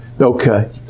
okay